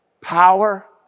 power